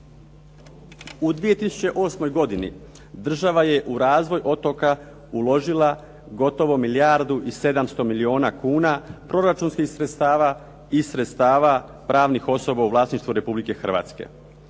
U 2008. godini država je u razvoj otoka uložila gotovo milijardu i 700 milijuna kuna, proračunskih sredstava i sredstava pravnih osoba u vlasništvu Republike Hrvatske.